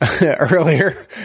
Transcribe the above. earlier